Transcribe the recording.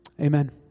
Amen